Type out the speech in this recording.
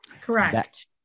Correct